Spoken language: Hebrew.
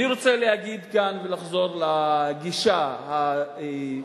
אני רוצה להגיד כאן ולחזור לגישה הלא-רצינית,